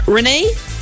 Renee